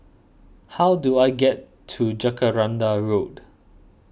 how do I get to Jacaranda Road